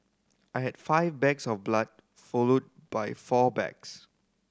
I had five bags of blood followed by four bags